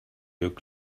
looked